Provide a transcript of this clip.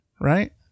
right